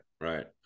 right